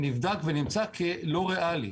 זה נבדק ונמצא כלא ריאלי.